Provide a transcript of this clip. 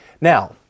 Now